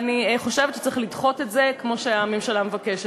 ואני חושבת שצריך לדחות את זה, כמו שהממשלה מבקשת.